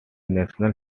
national